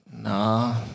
Nah